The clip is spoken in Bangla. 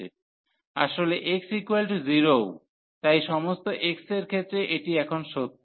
আসলে x 0 ও তাই সমস্ত x এর ক্ষেত্রে এটি এখন সত্য